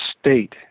state